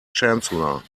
chancellor